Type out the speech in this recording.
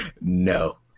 no